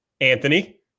Anthony